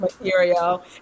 material